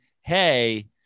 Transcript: Hey